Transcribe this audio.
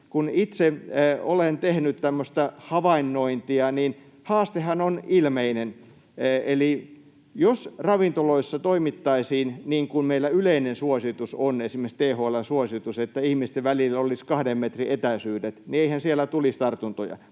Kun itse olen tehnyt tämmöistä havainnointia, niin haastehan on ilmeinen. Eli jos ravintoloissa toimittaisiin niin kuin meillä yleinen suositus on, esimerkiksi THL:n suositus, että ihmisten välillä olisi kahden metrin etäisyydet, niin eihän siellä tulisi tartuntoja.